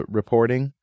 reporting